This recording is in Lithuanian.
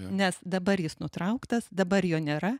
nes dabar jis nutrauktas dabar jo nėra